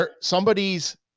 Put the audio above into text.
somebody's